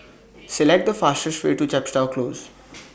Select The fastest Way to Chepstow Close